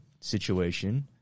situation